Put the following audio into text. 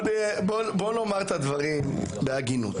בוא נאמר את הדברים בהגינות,